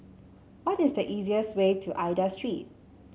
what is the easiest way to Aida Street